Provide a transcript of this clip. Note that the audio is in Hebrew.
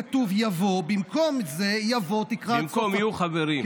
במקום זה יבוא, במקום "יהיו חברים".